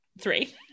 three